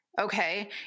okay